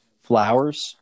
Flowers